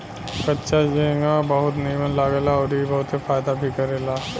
कच्चा झींगा बहुत नीमन लागेला अउरी ई बहुते फायदा भी करेला